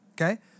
okay